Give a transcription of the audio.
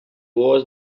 wars